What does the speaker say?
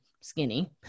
skinny